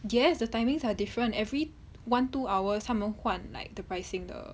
yes the timings are different every one two hours 他们换 like the pricing 的